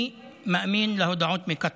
אני מאמין להודעות מקטר.